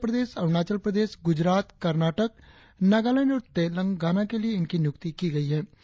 आंध्र प्रदेश अरुणाचल प्रदेश गुजरात कर्नाटक नगालैंड और तेलंगाना के लिए इनकी नियुक्ति की गई है